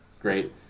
great